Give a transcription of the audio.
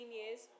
years